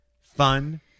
fun